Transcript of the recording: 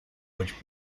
which